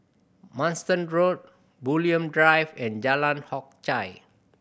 Manston Road Bulim Drive and Jalan Hock Chye